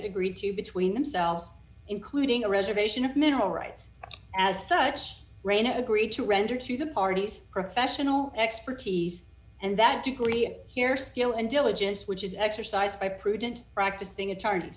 agreed to between themselves including a reservation of mineral rights as such rayna agreed to render to the parties professional expertise and that degree here still in diligence which is exercised by prudent practicing attorneys